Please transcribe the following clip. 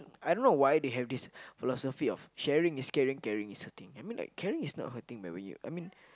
I don't know why they have this philosophy of sharing is caring caring is hurting I mean like caring is not hurting but when you I mean